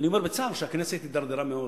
אני אומר בצער שהכנסת הידרדרה מאוד,